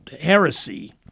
heresy